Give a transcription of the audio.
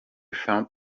found